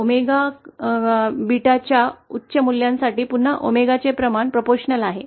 𝝎 𝜷 च्या उच्च मूल्यांसाठी पुन्हा 𝝎 चे प्रमाण आहे